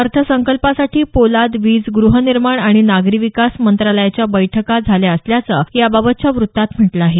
अर्थसंकल्पासाठी पोलाद वीज गृहनिर्माण आणि नागरी विकास मंत्रालयाच्या बैठका झाल्या असल्याचं याबाबतच्या वृत्तात म्हटलं आहे